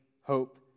hope